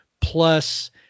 plus